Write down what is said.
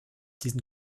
diesen